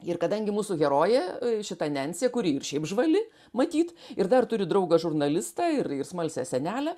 ir kadangi mūsų herojė šita nencė kuri ir šiaip žvali matyt ir dar turi draugą žurnalistą ir ir smalsią senelę